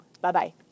Bye-bye